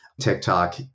TikTok